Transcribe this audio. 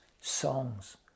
songs